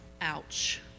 Ouch